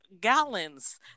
gallons